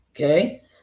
okay